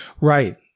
Right